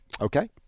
Okay